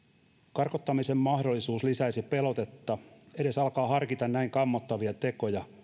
karkottamisen mahdollisuus lisäisi pelotetta edes alkaa harkita näin kammottavia tekoja